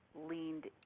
leaned